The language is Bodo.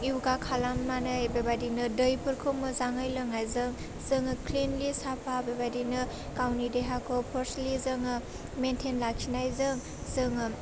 इउगा खालामनानै बेबायदिनो दैफोरखौ मोजाङै लोंनायजों जोङो क्लिनलि साबफा बेबायदिनो गावनि देहाखौ फार्स्टलि जोङो मेन्टेइन लाखिनायजों जोङो